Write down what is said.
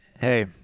Hey